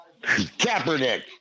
Kaepernick